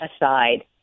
aside